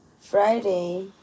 Friday